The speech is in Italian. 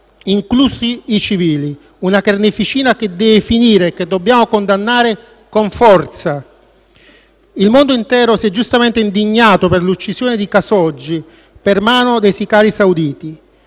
inclusi i civili. Si tratta di una carneficina che deve finire e che dobbiamo condannare con forza. Il mondo intero si è giustamente indignato per l'uccisione di Khashoggi per mano dei sicari sauditi.